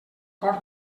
cor